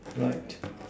flight